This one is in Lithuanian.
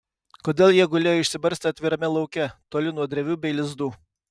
kodėl jie gulėjo išsibarstę atvirame lauke toli nuo drevių bei lizdų